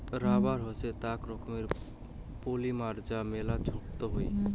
rubber হসে আক রকমের পলিমার যা মেলা ছক্ত হই